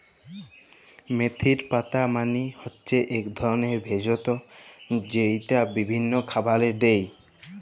মেথির পাতা মালে হচ্যে এক ধরলের ভেষজ যেইটা বিভিল্য খাবারে দেয়